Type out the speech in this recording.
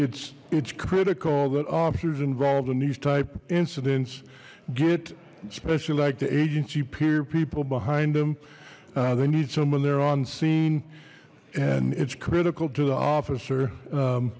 it's it's critical that officers involved in these type incidents get especially like the agency peer people behind them they need someone there on scene and it's critical to the officer